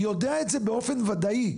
יודע את זה באופן וודאי,